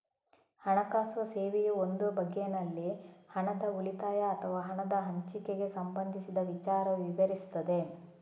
ಹಣಕಾಸು ಸೇವೆಯು ಒಂದು ಬಗೆನಲ್ಲಿ ಹಣದ ಉಳಿತಾಯ ಅಥವಾ ಹಣದ ಹಂಚಿಕೆಗೆ ಸಂಬಂಧಿಸಿದ ವಿಚಾರ ವಿವರಿಸ್ತದೆ